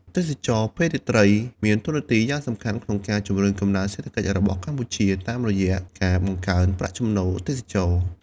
ទេសចរណ៍ពេលរាត្រី មានតួនាទីយ៉ាងសំខាន់ក្នុងការជំរុញកំណើនសេដ្ឋកិច្ចរបស់កម្ពុជា តាមរយៈការបង្កើនប្រាក់ចំណូលទេសចរណ៍។